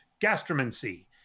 Gastromancy